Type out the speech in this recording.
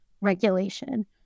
regulation